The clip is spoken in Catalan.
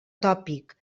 tòpic